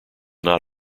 not